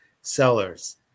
sellers